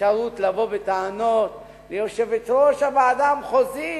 אפשרות לבוא בטענות ליושבת-ראש הוועדה המחוזית,